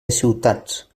ciutats